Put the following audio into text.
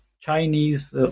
Chinese